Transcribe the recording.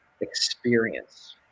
experience